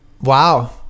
wow